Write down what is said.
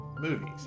movies